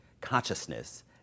consciousness